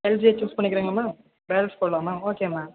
எல்ஜியை choose பண்ணிக்கிறீங்களா ma'am வேர்ஸ்பூலா ma'am okay ma'am